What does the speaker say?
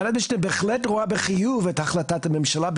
ועדת המשנה בהחלט רואה בחיוב את החלטת הממשלה,